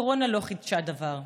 הקורונה לא חידשה דבר.